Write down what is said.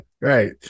Right